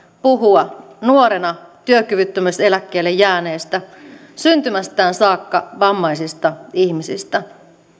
puhua nuorena työkyvyttömyyseläkkeelle jääneistä ja syntymästään saakka vammaisista ihmisistä